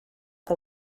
que